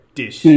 dish